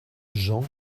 jean